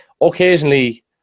occasionally